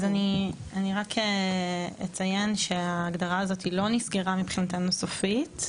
אז אני רק אציין שההגדרה הזאת לא נסגרה מבחינתנו סופית.